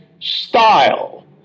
Style